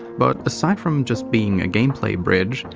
but aside from just being a gameplay bridge,